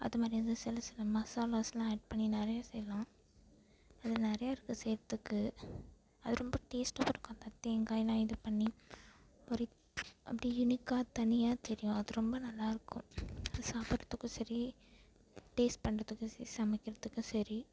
அது மாதிரி வந்து சில சில மசாலாஸெலாம் ஆட் பண்ணி நிறைய செய்யலாம் அதில் நிறையா இருக்குது செய்யுறத்துக்கு அது ரொம்ப டேஸ்ட்டுக் கொடுக்கும் அந்த தேங்காயெலாம் இது பண்ணி ஒரு அப்படியே யுனிக்கா தனியாக தெரியும் அது ரொம்ப நல்லாயிருக்கும் அது சாப்படறத்துக்கும் சரி டேஸ்ட் பண்ணுறதுக்கும் சரி சமைக்கிறத்துக்கும் சரி